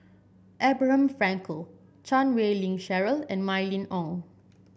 Abraham Frankel Chan Wei Ling Cheryl and Mylene Ong